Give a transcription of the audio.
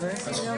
11:00.